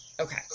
Okay